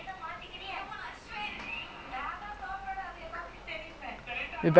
ya lah maximum எட்டு பேரு மாத்துவோமா:ettu paeru maathuvomaa then what the use I mean better if football lah but ya